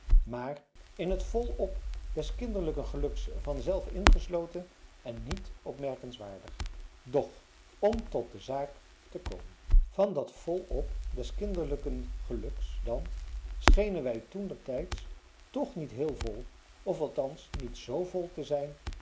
maar in het volop des kinderlijken geluks vanzelf ingesloten en niet opmerkenswaardig doch om tot de zaak te komen van dat volop des kinderlijken geluks dan schenen wij toentertijde toch niet heel vol of althans niet zo vol te zijn